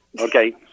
Okay